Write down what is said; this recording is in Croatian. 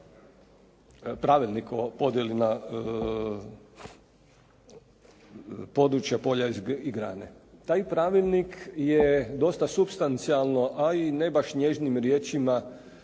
Pravilnik o podjeli na područja, polja i grane. Taj pravilnik je dosta supstacionalno, a i ne baš nježnim riječima